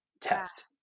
test